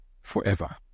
forever